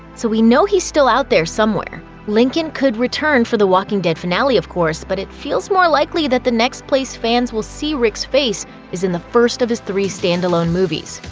so we know he's still out there somewhere. lincoln could return for the walking dead finale, of course, but it feels more likely that the next place fans will see rick's face is in the first of his three standalone movies.